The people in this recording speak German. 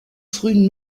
frühen